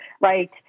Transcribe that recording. right